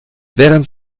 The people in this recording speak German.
während